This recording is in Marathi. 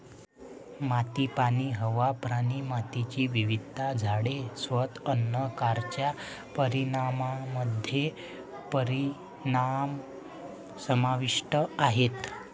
माती, पाणी, हवा, प्राणी, मातीची विविधता, झाडे, स्वतः अन्न कारच्या परिणामामध्ये परिणाम समाविष्ट आहेत